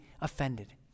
offended